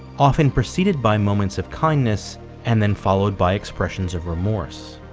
often preceded by moments of kindness and then followed by expressions of remorse